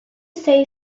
say